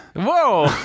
Whoa